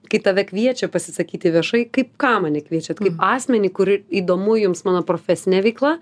kai tave kviečia pasisakyti viešai kaip ką mane kviečiat kaip asmenį kur įdomu jums mano profesinė veikla